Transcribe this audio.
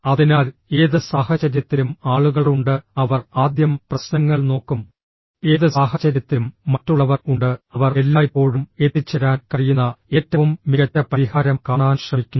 അതിനാൽ ഏത് സാഹചര്യത്തിലും ആളുകൾ ഉണ്ട് അവർ ആദ്യം പ്രശ്നങ്ങൾ നോക്കും ഏത് സാഹചര്യത്തിലും മറ്റുള്ളവർ ഉണ്ട് അവർ എല്ലായ്പ്പോഴും എത്തിച്ചേരാൻ കഴിയുന്ന ഏറ്റവും മികച്ച പരിഹാരം കാണാൻ ശ്രമിക്കുന്നു